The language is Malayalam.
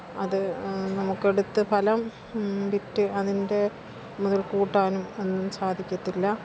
അത് നമുക്കെടുത്ത് ഫലം വിറ്റ് അതിന്റെ മുതല്ക്കൂട്ടാനും ഒന്നും സാധിക്കത്തില്ല